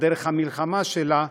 דרך המלחמה שלה,